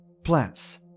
Plants